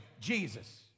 Jesus